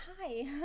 Hi